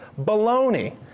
Baloney